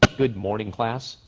good morning class!